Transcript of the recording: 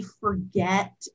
forget